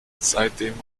seitdem